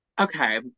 Okay